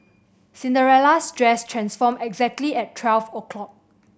Cinderella's dress transformed exactly at twelve o'clock